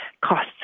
costs